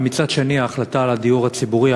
ומצד שני על ההחלטה על הדיור הציבורי,